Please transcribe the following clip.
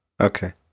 Okay